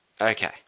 Okay